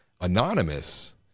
anonymous